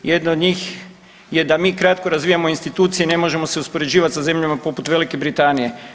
Jedna od njih je da mi kratko razvijamo institucije, ne možemo se uspoređivati sa zemljama poput Velike Britanije.